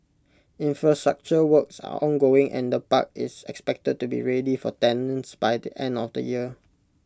infrastructure works are ongoing and the park is expected to be ready for tenants by the end of the year